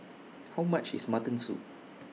How much IS Mutton Soup